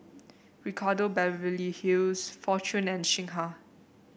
Ricardo Beverly Hills Fortune and Singha